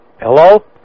hello